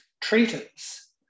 treatise